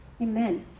Amen